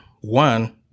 one